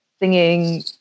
Singing